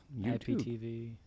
IPTV